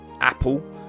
Apple